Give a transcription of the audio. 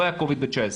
לא היה covid ב-19',